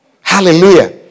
Hallelujah